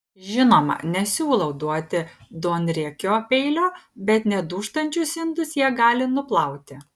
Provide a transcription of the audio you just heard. žinoma nesiūlau duoti duonriekio peilio bet nedūžtančius indus jie gali nuplauti